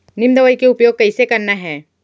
नीम दवई के उपयोग कइसे करना है?